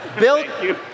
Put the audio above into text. Bill